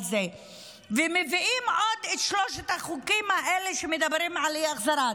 ועוד מביאים את שלושת החוקים האלה שמדברים על אי-החזרת,